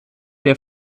der